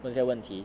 那些问题